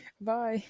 Bye